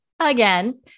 again